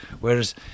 Whereas